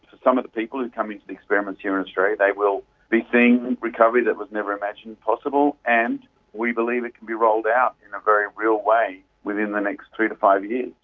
some of the people who come into the experiments here in australia, they will be seeing recovery that was never imagined possible, and we believe it can be rolled out in a very real way within the next three to five years.